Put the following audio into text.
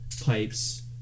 pipes